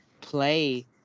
play